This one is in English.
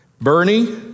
Bernie